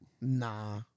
Nah